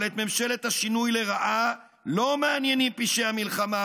ולכם אני אקרא בשמות יותר חמורים.